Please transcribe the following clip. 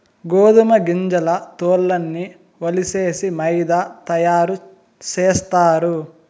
గోదుమ గింజల తోల్లన్నీ ఒలిసేసి మైదా తయారు సేస్తారు